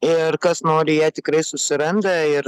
ir kas nori ją tikrai susiranda ir